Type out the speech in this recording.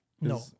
no